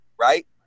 right